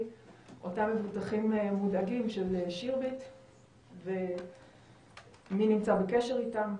אותם מבוטחים מודאגים של שירביט ומי נמצא בקשר איתם?